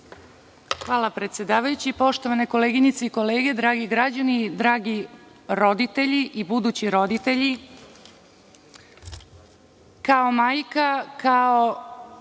Hvala predsedavajući. Poštovane koleginice i kolege, dragi građani, dragi roditelji i budući roditelji, kao majka, kao